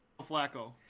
Flacco